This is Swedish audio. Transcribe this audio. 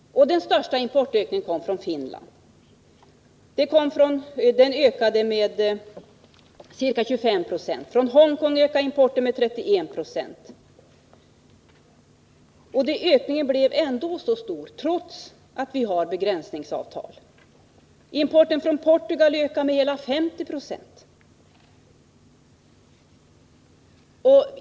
Den största ökningen gäller importen från Finland. Denna ökade med ca 25 70. Importen från Hongkong ökade med 31 96. Ökningen blev så stor trots att vi har begränsningsavtal. Importen från Portugal ökade med hela 50 9.